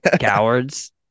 Cowards